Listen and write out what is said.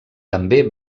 també